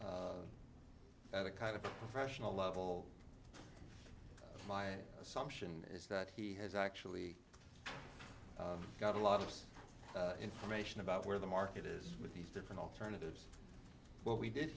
think that a kind of professional level my assumption is that he has actually got a lot of information about where the market is with these different alternatives what we did